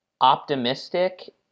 optimistic